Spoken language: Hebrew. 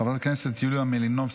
חברת הכנסת יוליה מלינובסקי,